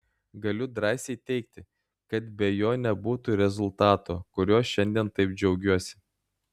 galiu drąsiai teigti kad be jo nebūtų ir rezultato kuriuo šiandien taip džiaugiuosi